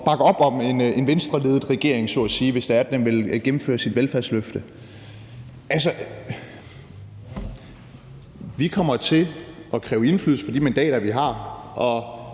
bakke op om en Venstreledet regering, så at sige, hvis den vil gennemføre sit velfærdsløfte? Altså, vi kommer til at kræve indflydelse for de mandater, vi har, og